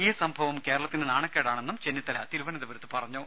ഈ സംഭവം കേരളത്തിന് നാണക്കേടാണെന്നും ചെന്നിത്തല പറഞ്ഞു